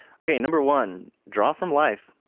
okay, number one draw from life.